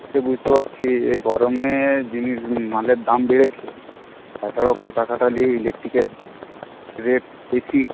সে বুঝতে পারছি এই গরমে জিনিস মালের দাম বেড়েছে তাছাড়াও খাটা খাটনির ইলেকট্রিকের রেট বেশি